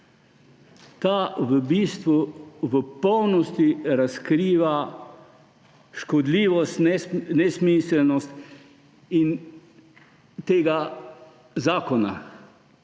ta v bistvu v popolnosti razkriva škodljivost, nesmiselnost tega zakona,